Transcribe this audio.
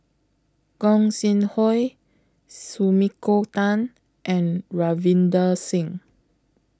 Gog Sing Hooi Sumiko Tan and Ravinder Singh